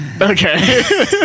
Okay